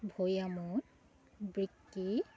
ভৈয়ামত বিক্রী